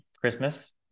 Christmas